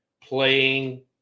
playing